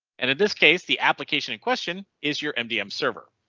and in this case the application in question is your mdm server.